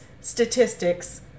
statistics